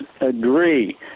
agree